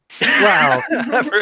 Wow